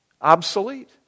obsolete